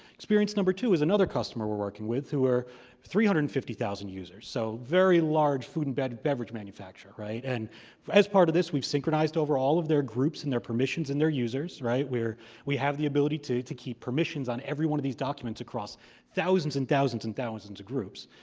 experience number two is another customer we're working with, who are three hundred and fifty thousand users. so very large food and beverage beverage manufacturer, right? and as part of this, we've synchronized over all of their groups, and their permissions, and their users, right? where we have the ability to keep permissions on every one of these documents across thousands and thousands and thousands of groups.